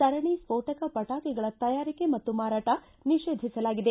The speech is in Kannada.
ಸರಣಿ ಸ್ವೋಟಕ ಪಟಾಕಿಗಳ ತಯಾರಿಕೆ ಮತ್ತು ಮಾರಾಟ ನಿಷೇಧಿಸಲಾಗಿದೆ